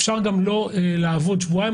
אפשר גם לא לעבוד שבועיים,